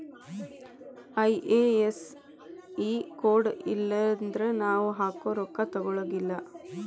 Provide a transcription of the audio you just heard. IFSC code ಇಲ್ಲನ್ದ್ರ ನಾವ್ ಹಾಕೊ ರೊಕ್ಕಾ ತೊಗೊಳಗಿಲ್ಲಾ